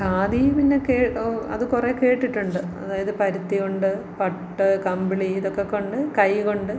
ഖാദി പിന്നെ കേ അതു കുറേ കേട്ടിട്ടുണ്ട് അതായത് പരിത്തി കൊണ്ട് പട്ടു കമ്പിളി ഇതൊക്കെക്കൊണ്ട് കൈകൊണ്ട്